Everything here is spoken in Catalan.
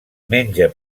menja